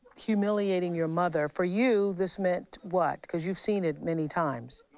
humiliating your mother, for you, this meant what? cause you've seen it many times.